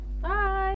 Bye